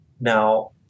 Now